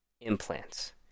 implants